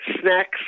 snacks